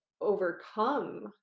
overcome